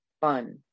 fun